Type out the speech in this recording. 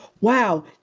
wow